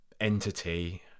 entity